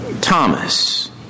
Thomas